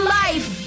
life